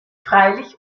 freilich